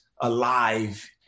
alive